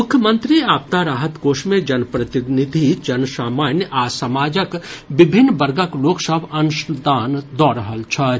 मुख्यमंत्री आपदा राहत कोष मे जन प्रतिनिधि जन सामान्य आ समाजक विभिन्न वर्गक लोक सभ अंशदान दऽ रहल छथि